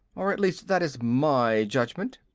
or at least that is my judgment.